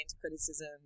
criticism